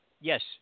Yes